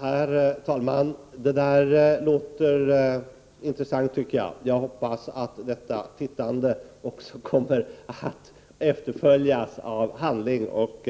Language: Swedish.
Herr talman! Det där låter intressant, tycker jag. Jag hoppas att detta tittande också kommer att följas av handling. Och